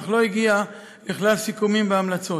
אך לא הגיעה לכלל סיכומים והמלצות.